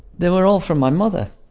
they were all from my mother.